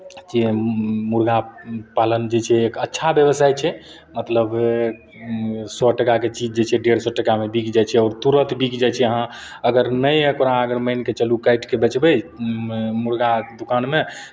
जे मुरगा पालन जे छै एक अच्छा व्यवसाय छै मतलब सए टाकाके चीज जे छै डेढ़ सए टाकामे बिक जाइ छै आओर तुरन्त बिक जाइ छै अहाँ अगर नहि ओकरा अगर मानि कऽ चलू काटि कऽ बेचबै मुरगाके दोकानमे